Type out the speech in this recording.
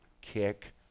Kick